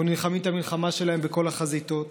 אנחנו נלחמים את המלחמה שלהם בכל החזיתות